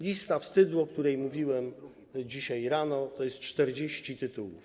Lista wstydu, o której mówiłem dzisiaj rano, zawiera 40 tytułów.